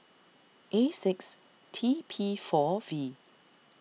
A six T P four V